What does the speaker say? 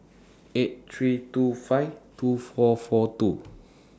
eight three two five two four four two